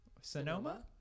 Sonoma